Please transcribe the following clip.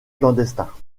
clandestins